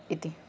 इति